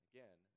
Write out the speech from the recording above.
Again